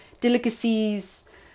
delicacies